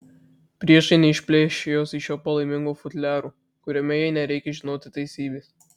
priešai neišplėš jos iš šio palaimingo futliaro kuriame jai nereikia žinoti teisybės